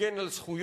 הגן על זכויות,